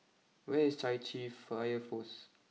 where is Chai Chee fire post